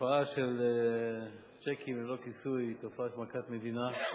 התופעה של צ'קים ללא כיסוי היא תופעה של מכת מדינה,